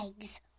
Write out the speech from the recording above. Eggs